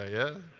ah yeah.